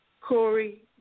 Corey